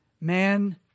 Man